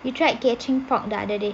you tried catching fog the other day